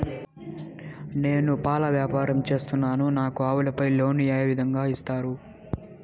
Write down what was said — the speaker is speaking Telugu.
నేను పాల వ్యాపారం సేస్తున్నాను, నాకు ఆవులపై లోను ఏ విధంగా ఇస్తారు